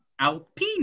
Alpine